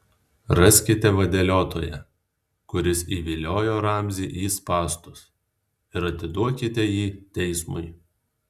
raskite vadeliotoją kuris įviliojo ramzį į spąstus ir atiduokite jį teismui